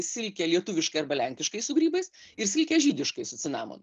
silkė lietuviškai arba lenkiškai su grybais ir silkė žydiškais su cinamonu